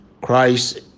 Christ